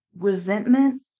resentment